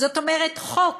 זאת אומרת, חוק